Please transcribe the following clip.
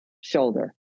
shoulder